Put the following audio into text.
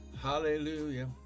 Hallelujah